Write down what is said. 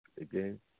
again